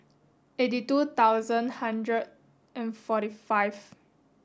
eighty two thousand hundred and forty five